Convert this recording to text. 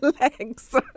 legs